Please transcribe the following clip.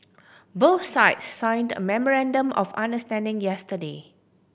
both sides signed a memorandum of understanding yesterday